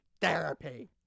therapy